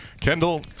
Kendall